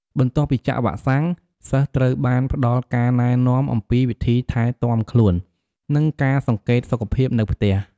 បន្ទាប់ពីចាក់វ៉ាក់សាំង សិស្សត្រូវបានផ្តល់ការណែនាំអំពីវិធីថែទាំខ្លួន និងការសង្កេតសុខភាពនៅផ្ទះ។